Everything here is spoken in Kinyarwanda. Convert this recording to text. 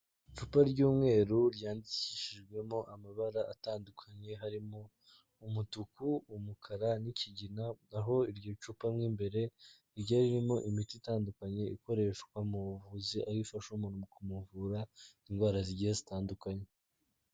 Icupa ry'umweru ryandikishijwemo amabara atandukanye harimo umutuku, umukara n'ikigina, aho iryo cupa mo mbere rigiye ririmo imiti itandukanye ikoreshwa mu buvuzi, aho ifasha umuntu kumuvura indwara zigiye zitandukanye.